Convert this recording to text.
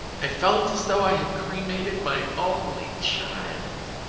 i felt as though i had cremated my only child!